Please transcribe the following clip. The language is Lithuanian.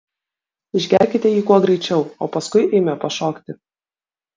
išgerkite jį kuo greičiau o paskui eime pašokti